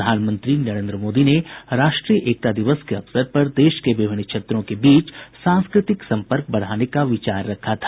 प्रधानमंत्री नरेन्द्र मोदी ने राष्ट्रीय एकता दिवस के अवसर पर देश के विभिन्न क्षेत्रों के बीच सांस्कृतिक सम्पर्क बढ़ाने का विचार रखा था